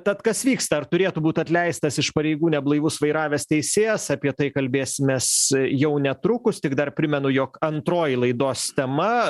tad kas vyksta ar turėtų būt atleistas iš pareigų neblaivus vairavęs teisėjas apie tai kalbėsimės jau netrukus tik dar primenu jog antroji laidos tema